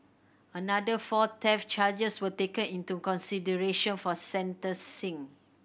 another four theft charges were taken into consideration for sentencing